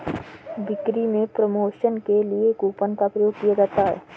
बिक्री में प्रमोशन के लिए कूपन का प्रयोग किया जाता है